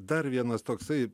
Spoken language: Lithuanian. dar vienas toksai